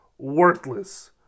worthless